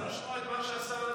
רוצים לשמוע את מה שהשר ממליץ.